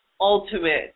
ultimate